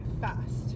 fast